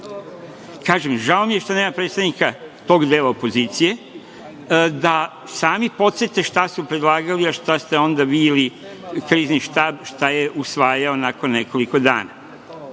Vlade. Kažem, žao mi je što nema predstavnika tog dela opozicije, da sami podsete šta su predlagali, a šta ste onda vi ili Krizni štab šta je usvajao nakon nekoliko dana.